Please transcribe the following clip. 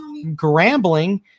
Grambling